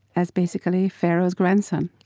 as basically pharaoh's grandson,